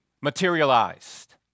materialized